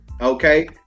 Okay